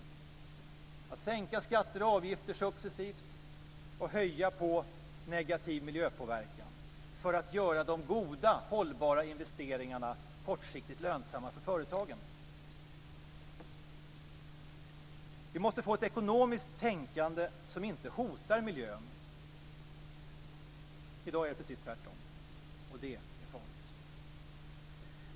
Det handlar om att sänka skatter och avgifter successivt och höja dem på negativ miljöpåverkan för att göra de goda, hållbara investeringarna kortsiktigt lönsamma för företagen. Vi måste få ett ekonomiskt tänkande som inte hotar miljön. I dag är det precis tvärtom, och det är farligt.